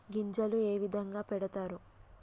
గింజలు ఏ విధంగా పెడతారు?